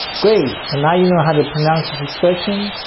great, so now you know how to pronounce this expression.